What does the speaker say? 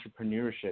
entrepreneurship